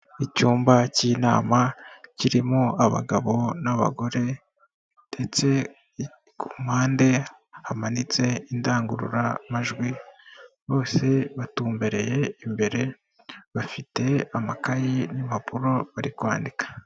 Icyumba cy'inama kirimo abagabo n'abagore ndetse ku mpande hamanitse indangururamajwi, bose batumbereye imbere bafite amakayi n'impapuro bari kwandika.